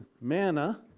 manna